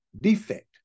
defect